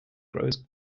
grows